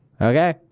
Okay